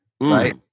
Right